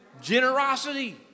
Generosity